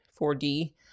4D